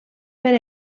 per